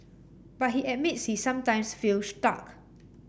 but he admits he sometimes feel stuck